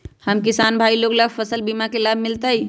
हम किसान भाई लोग फसल बीमा के लाभ मिलतई?